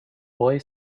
boy